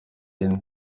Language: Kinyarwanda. yine